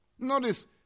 Notice